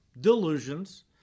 delusions